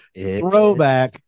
throwback